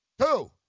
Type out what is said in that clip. Two